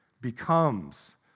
becomes